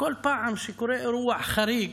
כל פעם שקורה אירוע חריג,